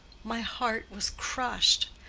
my heart was crushed.